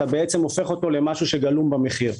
אתה הופך אותו למשהו שגלום במחיר.